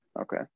Okay